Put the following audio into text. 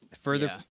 further